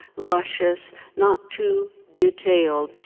luscious, not too detailed,